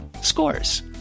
scores